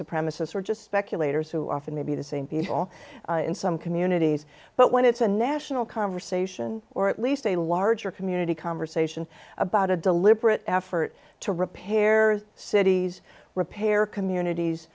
supremacists or just speculators who often may be the same people in some communities but when it's a national conversation or at least a larger community conversation about a deliberate effort to repair cities repair communities